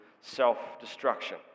self-destruction